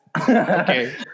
Okay